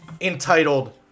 entitled